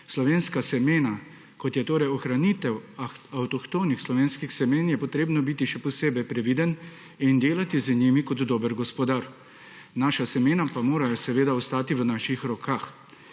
slovenska semena, kot je torej ohranitev avtohtonih slovenskih semen, je potrebno biti še posebej previden in delati z njimi kot dober gospodar, naša semena pa morajo seveda ostati v naših rokah.